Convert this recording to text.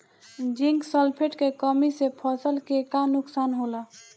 Zinc sulphate के कमी से फसल के का नुकसान होला?